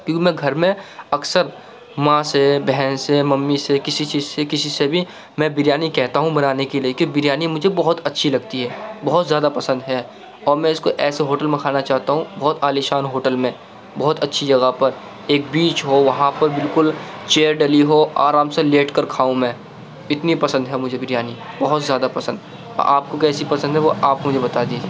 کیوں کہ میں گھر میں اکثر ماں سے بہن سے ممی سے کسی چیز سے کسی سے بھی میں بریانی کہتا ہوں بنانے کے لیے کیوں کہ بریانی مجھے بہت اچھی لگتی ہے بہت زیادہ پسند ہے اور میں اس کو ایسے ہوٹل میں کھانا چاہتا ہوں بہت عالی شان ہوٹل میں بہت اچھی جگہ پر ایک بیچ ہو وہاں پر بالکل چیئر ڈلی ہو آرام سے لیٹ کر کھاؤں میں اتنی پسند ہے مجھے بریانی بہت زیادہ پسند آپ کو کیسی پسند ہے وہ آپ مجھے بتا دیجیے